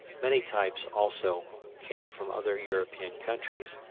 many types also came from other european countries,